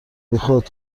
بیخود